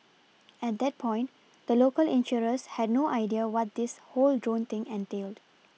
at that point the local insurers had no idea what this whole drone thing entailed